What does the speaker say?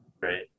Great